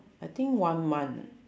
I think one month